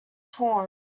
torn